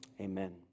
amen